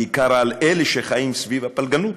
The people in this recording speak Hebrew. בעיקר על אלה שחיים סביב הפלגנות,